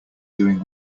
doing